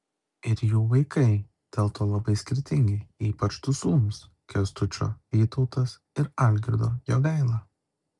ir jų vaikai dėl to labai skirtingi ypač du sūnūs kęstučio vytautas ir algirdo jogaila